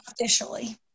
Officially